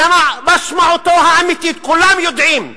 שמשמעותו האמיתית, כולם יודעים.